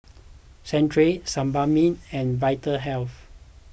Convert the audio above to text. Centrum Sebamed and Vitahealth